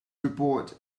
report